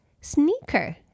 Sneaker